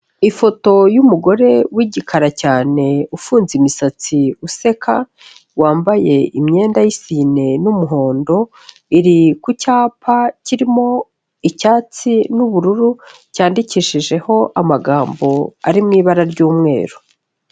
Ifoto y'umugore w'igikara cyane ufunze imisatsi useka, wambaye imyenda y'isine n'umuhondo, iri ku cyapa kirimo icyatsi n'ubururu, cyandikishijeho amagambo ari mu ibara ry'umweru.